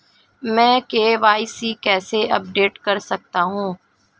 मैं के.वाई.सी कैसे अपडेट कर सकता हूं?